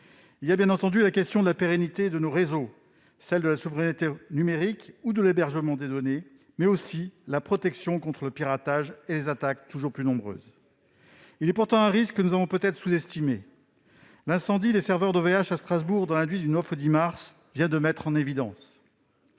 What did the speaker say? posent bien entendu la question de la pérennité de nos réseaux, celle de la souveraineté numérique ou de l'hébergement des données, mais aussi celle de la protection contre le piratage et les attaques toujours plus nombreuses. Il est pourtant un risque que nous avons peut-être sous-estimé et que l'incendie des serveurs d'OVH, à Strasbourg, dans la nuit du 9 au 10 mars dernier, vient de mettre en évidence.